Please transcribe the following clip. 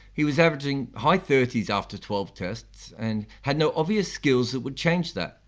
he was averaging high thirty s after twelve tests and had no obvious skills that would change that.